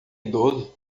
idoso